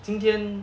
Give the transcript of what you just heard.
今天